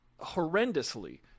horrendously